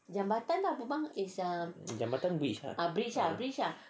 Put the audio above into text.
jambatan bridge ah